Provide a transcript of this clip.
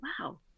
wow